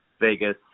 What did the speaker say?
Vegas